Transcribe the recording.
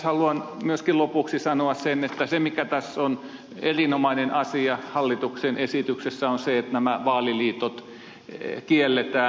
haluan myöskin lopuksi sanoa sen että se mikä tässä hallituksen esityksessä on erinomainen asia on se että nämä vaaliliitot kielletään